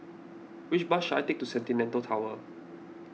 which bus should I take to Centennial Tower